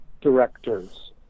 directors